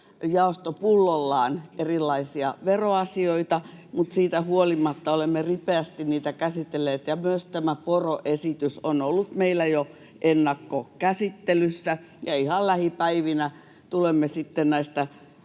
jaosto pullollaan erilaisia veroasioita, mutta siitä huolimatta olemme ripeästi niitä käsitelleet. Myös tämä poroesitys on ollut meillä jo ennakkokäsittelyssä, ja ihan lähipäivinä tulemme sitten näistä